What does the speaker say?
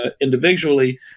individually